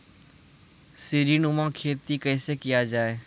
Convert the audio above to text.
सीडीनुमा खेती कैसे किया जाय?